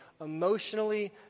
emotionally